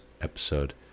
episode